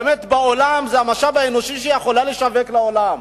באמת זה המשאב האנושי, שהיא יכולה לשווק לעולם.